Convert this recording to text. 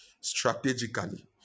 strategically